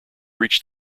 reached